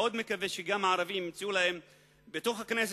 מאוד מקווה שגם הערבים ימצאו להם בתוך הכנסת,